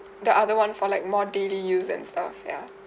the other one for like more daily use and stuff ya